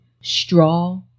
straw